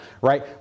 right